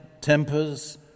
tempers